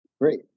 Great